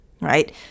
right